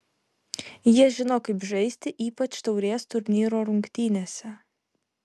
jie žino kaip žaisti ypač taurės turnyro rungtynėse